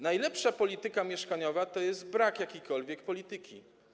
Najlepsza polityka mieszkaniowa to jest brak jakiejkolwiek polityki.